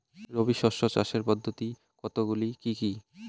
রবি শস্য চাষের পদ্ধতি কতগুলি কি কি?